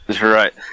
right